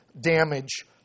damage